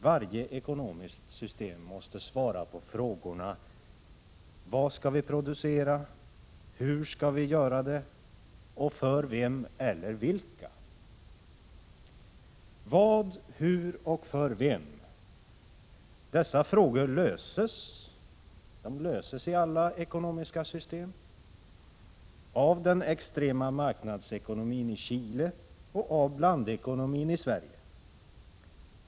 Varje ekonomiskt system måste svara på frågorna: Vad skall vi producera, hur skall vi göra det och för vem eller vilka? Vad, hur och för vem — dessa frågor löses i alla ekonomiska system, av den extrema marknadsekonomin i Chile och av blandekonomin i Sverige.